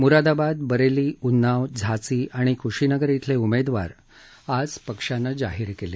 मुरादाबाद बरेली उन्नाव झांसी आणि क्शीनगर इथले उमेदवार आज पक्षानं जाहीर केले